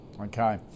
Okay